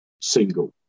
single